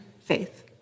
faith